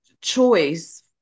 choice